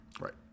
Right